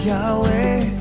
Yahweh